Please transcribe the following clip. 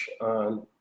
on